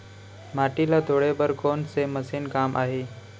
माटी ल तोड़े बर कोन से मशीन काम आही?